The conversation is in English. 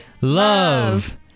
Love